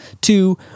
two